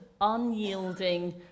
unyielding